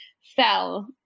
Fell